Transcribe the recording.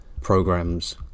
programs